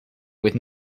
with